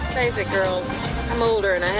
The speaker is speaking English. crazy girls i'm older and i